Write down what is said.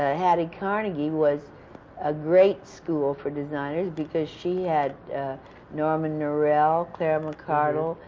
ah hattie carnegie was a great school for designers, because she had norman norell, claire mccardell,